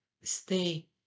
stay